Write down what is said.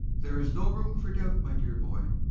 there is no room for doubt, my dear boy.